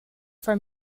for